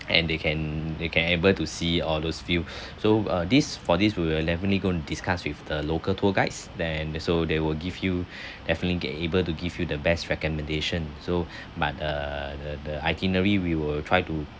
and they can they can able to see all those view so uh this for this we will definitely go and discuss with the local tour guides then so they will give you definitely get able to give you the best recommendation so but err the the itinerary we will try to